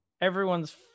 everyone's